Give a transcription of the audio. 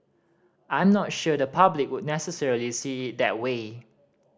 I'm not sure the public would necessarily see it that way